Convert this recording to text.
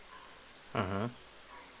(uh huh)